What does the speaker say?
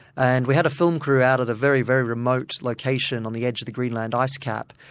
and we had a film crew out at a very, very remote location on the edge of the greenland icecap.